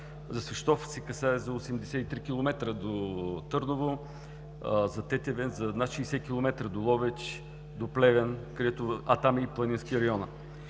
За Свищов се касае за 83 км до Търново, за Тетевен за над 60 км до Ловеч, до Плевен, а там и районът